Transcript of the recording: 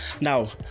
Now